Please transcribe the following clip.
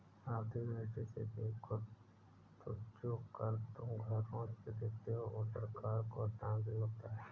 आर्थिक दृष्टि से देखो तो जो कर तुम घरों से देते हो वो सरकार को हस्तांतरित होता है